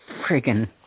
friggin